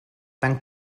tan